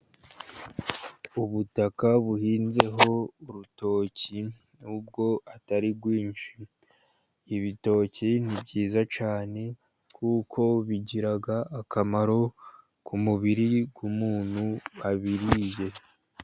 Ubutaka buhinzeho urutoki nubwo atari rwinshi. Ibitoki ni byiza cyane, kuko bigira akamaro ku mubiri w'umuntu wabiriye.